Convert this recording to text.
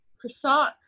croissant